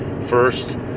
first